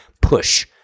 Push